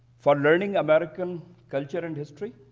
for learning american culture and history,